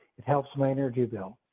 it helps my energy bill.